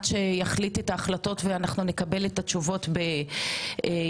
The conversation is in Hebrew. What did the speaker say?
שיחליט את ההחלטות ואנחנו נקבל את התשובות ביולי,